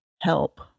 help